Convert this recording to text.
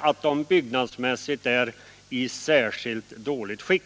att de byggnadsmässigt är i särskilt dåligt skick.